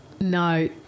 No